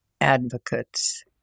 advocates